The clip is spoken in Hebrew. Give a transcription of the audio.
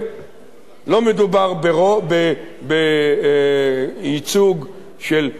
לא מדובר בייצוג של כל הבדואים,